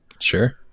sure